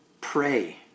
pray